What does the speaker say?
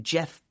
Jeff